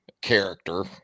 character